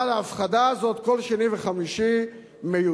אבל ההפחדה הזאת כל שני וחמישי מיותרת,